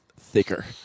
Thicker